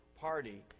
party